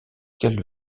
quel